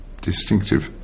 distinctive